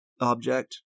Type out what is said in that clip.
object